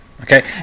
Okay